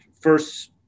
first